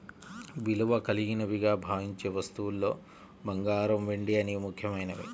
విలువ కలిగినవిగా భావించే వస్తువుల్లో బంగారం, వెండి అనేవి ముఖ్యమైనవి